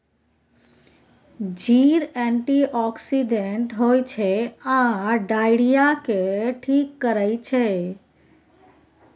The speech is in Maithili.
जीर एंटीआक्सिडेंट होइ छै आ डायरिया केँ ठीक करै छै